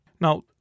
Now